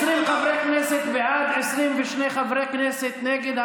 20 חברי כנסת בעד, 22 חברי כנסת נגד.